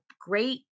great